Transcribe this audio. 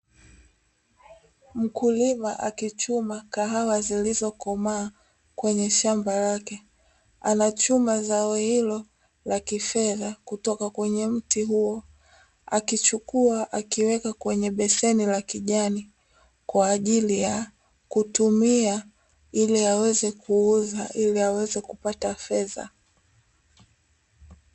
Mkulima akichuma kahawa zilizokomaa kwenye shamba lake. Anachuma zao hilo la kifedha kutoka kwenye mti huo. Akichukua akiweka kwenye beseni la kijani, kwa ajili ya kutumia ili aweze kuuza ili aweze kupata fedha.